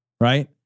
right